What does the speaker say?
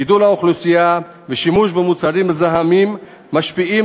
גידול האוכלוסייה ושימוש במוצרים מזהמים משפיעים